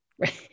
right